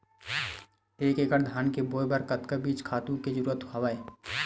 एक एकड़ धान बोय बर कतका बीज खातु के जरूरत हवय?